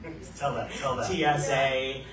TSA